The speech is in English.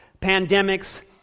pandemics